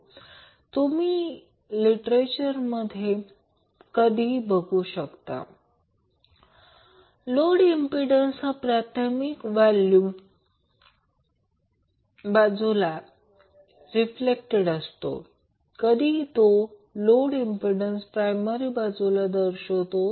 कधी तुम्ही लिटरेचर मध्ये लिहिलेले बघू शकता की लोड इंम्प्पिडन्स हा प्रायमरी बाजूला रिफ्लेक्टेड असतो आणि कधी तो लोड इंम्प्पिडन्स प्रायमरी बाजू दर्शवतो आहे